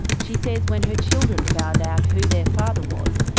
she says when her children found out who their father was,